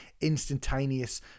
instantaneous